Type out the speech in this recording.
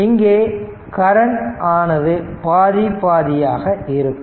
இங்கே கரண்ட் ஆனது பாதி பாதியாக இருக்கும்